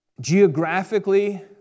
geographically